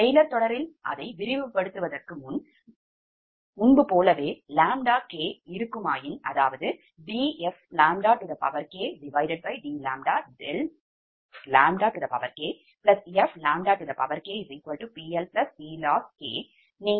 Taylor தொடரில் அதை விரிவாக்குவதற்கு முன் முன்பு போலவே இருக்குமாயின் அதாவதுdfkd∆kfkPLPLossk